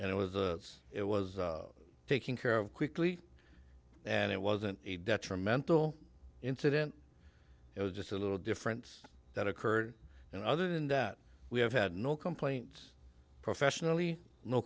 and it was it was taking care of quickly and it wasn't a detrimental incident it was just a little difference that occurred and other than that we have had no complaints professionally no